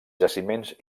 jaciments